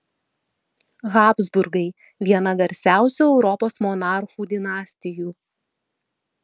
habsburgai viena garsiausių europos monarchų dinastijų